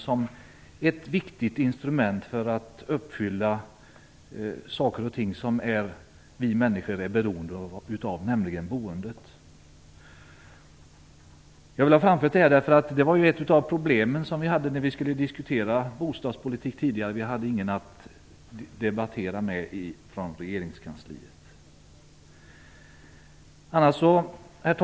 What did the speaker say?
Den är ett viktigt instrument när det gäller sådant som vi människor är beroende av, nämligen boendet. Jag vill framföra detta, eftersom ett av problemen när vi skulle diskutera bostadspolitiken tidigare var att vi inte hade någon att debattera med från regeringskansliet. Herr talman!